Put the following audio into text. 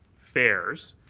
fares,